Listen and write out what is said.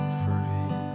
free